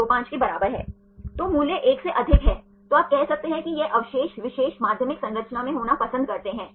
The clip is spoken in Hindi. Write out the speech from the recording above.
तो आपके पास 3 अलग अलग प्रकार के हेलिसेस हैं और जो आमतौर पर प्रोटीन संरचनाओं में होता है